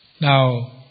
Now